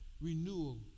renewal